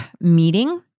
meeting